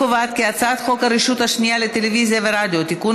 הצעת חוק הרשות השנייה לטלוויזיה ורדיו (תיקון